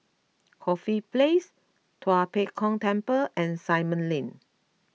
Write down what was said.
Corfe Place Tua Pek Kong Temple and Simon Lane